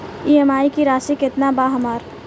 EMI की राशि केतना बा हमर?